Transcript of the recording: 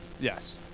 Yes